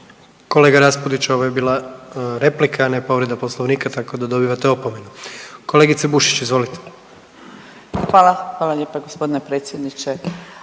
Kolega Raspudić, ovo je bila replika, a ne povreda Poslovnika, tako da dobivate opomenu. Kolegice Bušić, izvolite. **Bušić, Zdravka (HDZ)** Hvala. Hvala lijepa g. predsjedniče.